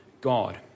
God